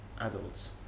adults